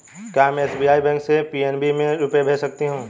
क्या में SBI bank से पी.एन.बी में रुपये भेज सकती हूँ?